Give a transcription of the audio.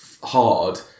Hard